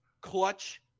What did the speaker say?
clutch